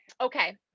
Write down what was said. okay